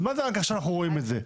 אז מה זה ברגע שאנחנו רואים את זה?